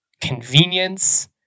convenience